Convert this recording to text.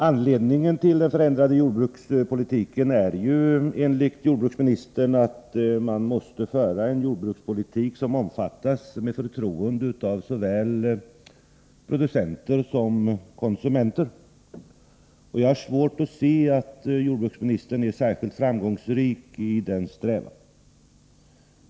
Anledningen till den förändrade jordbrukspolitiken är enligt jordbruksministern att man måste föra en jordbrukspolitik som omfattas med förtroende av såväl producenter som konsumenter. Jag har svårt att se att jordbruksministern är särskilt framgångsrik i denna strävan.